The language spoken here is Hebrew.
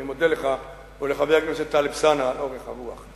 אני מודה לך ולחבר הכנסת טלב אלסאנע על אורך הרוח.